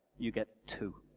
you'll get two.